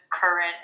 current